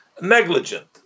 Negligent